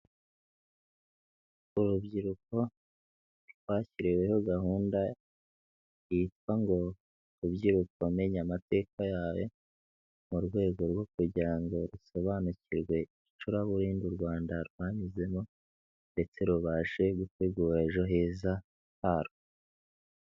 urubyiruko rwashyiriweho gahunda yitwa ngo rubyibukoen amateka yayo mu rwego rwo kugira ngo rusobanukirwe icuraburindi u Rwanda rwanyuzemo, ndetse rubashe gutegura ejo heza harwo.